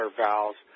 valves